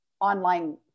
online